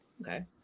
Okay